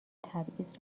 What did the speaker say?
تبعیض